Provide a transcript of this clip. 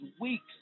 weeks